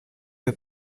que